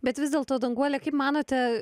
bet vis dėlto danguole kaip manote